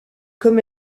comme